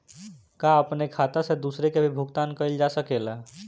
का अपने खाता से दूसरे के भी भुगतान कइल जा सके ला?